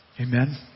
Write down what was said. Amen